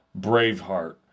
Braveheart